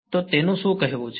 તો તેનું શું કહેવું છે